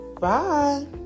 bye